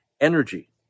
energy